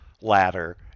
ladder